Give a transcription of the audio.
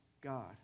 God